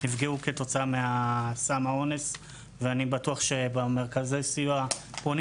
נפגעו כתוצאה מסם האונס ואני בטוח שלמרכזי סיוע פונים